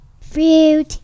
Fruit